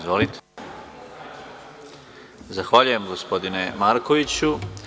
Zahvaljujem gospodine Markoviću.